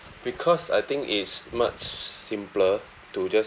because I think it's much simpler to just